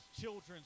children's